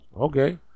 Okay